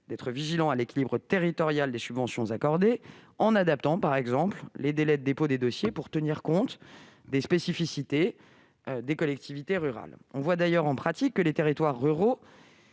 d'être vigilants à l'équilibre territorial des subventions accordées, par exemple en adaptant les délais de dépôt des dossiers pour tenir compte des spécificités des collectivités rurales. On voit d'ailleurs, en pratique, que les territoires ruraux